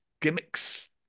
gimmicks